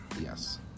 Yes